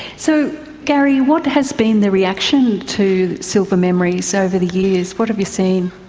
so gary, what has been the reaction to silver memories over the years? what have you seen?